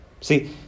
See